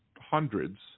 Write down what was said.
hundreds